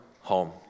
home